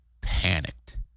panicked